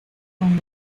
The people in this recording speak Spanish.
con